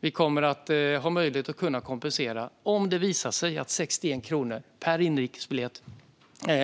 Vi kommer att ha möjlighet att kompensera om det visar sig att 61 kronor per inrikesbiljett